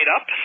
up